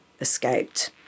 escaped